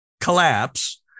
collapse